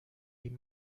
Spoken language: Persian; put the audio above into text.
این